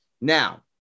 Now